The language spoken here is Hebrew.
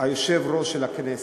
יושב-ראש הכנסת,